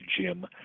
Jim